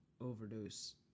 overdose